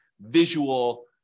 visual